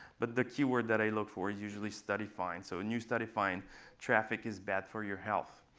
but the key word that i look for is usually study find so a new study find traffic is bad for your health.